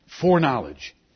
Foreknowledge